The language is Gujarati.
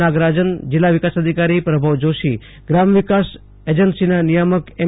નાગરાજન જિલ્લા વિકાસ અધિકારી પ્રભવ જોશી ગ્રામ વિકાસ એજન્સીના નિયામક એમ